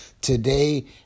today